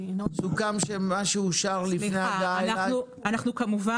סוכם שמה שאושר לפני ההגעה אליי --- כמובן